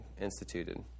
instituted